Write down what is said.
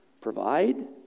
provide